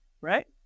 right